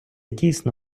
дійсно